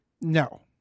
No